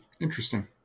Interesting